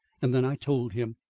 and then i told him.